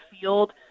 field